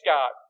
God